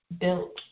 built